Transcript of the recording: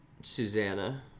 Susanna